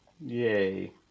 Yay